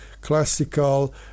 classical